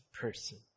person